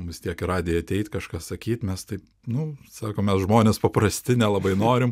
vis tiek į radiją ateit kažką sakyt mes taip nu sako mes žmonės paprasti nelabai norim